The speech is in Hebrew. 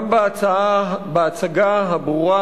גם בהצגה הברורה,